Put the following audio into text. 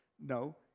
No